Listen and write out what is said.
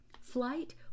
Flight